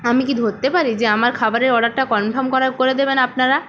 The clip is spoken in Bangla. আমি কি ধরতে পারি যে আমার খাবারের অর্ডারটা কনফার্ম করা করে দেবেন আপনারা